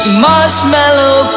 marshmallow